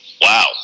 wow